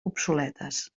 obsoletes